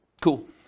Cool